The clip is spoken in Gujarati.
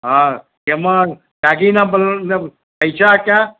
હા તેમાં દાગીના પૈસા હતાં